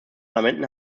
parlamenten